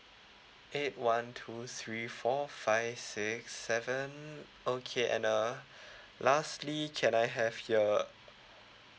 eight one two three four five six seven okay and uh lastly can I have your